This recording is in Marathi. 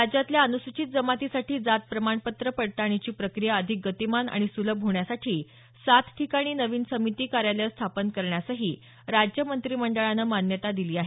राज्यातल्या अनुसूचित जमातीसाठी जात प्रमाणपत्र पडताळणीची प्रक्रिया अधिक गतिमान आणि सुलभ होण्यासाठी सात ठिकाणी नवीन समिती कार्यालयं स्थापन करण्यासही राज्य मंत्रिमंडळानं मान्यता दिली आहे